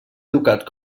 educat